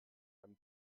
einem